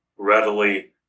readily